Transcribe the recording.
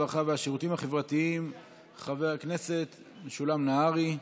הרווחה והשירותים החברתיים חבר הכנסת משולם נהרי.